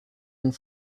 and